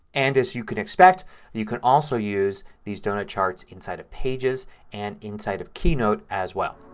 and as you can expect you can also use these donut charts inside of pages and inside of keynote as well.